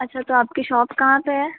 अच्छा तो आपकी शॉप कहाँ पर है